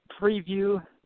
preview